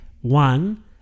one